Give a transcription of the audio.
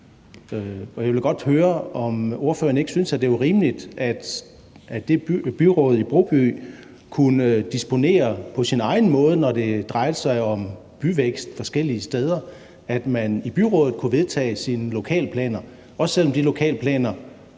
Jeg vil godt høre, om ordføreren ikke synes, det var rimeligt, at det byråd i Broby kunne disponere på sin egen måde, når det drejede sig om byvækst forskellige steder, altså at man i byrådet kunne vedtage sine lokalplaner, også selv om de lokalplaner